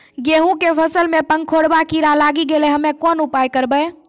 गेहूँ के फसल मे पंखोरवा कीड़ा लागी गैलै हम्मे कोन उपाय करबै?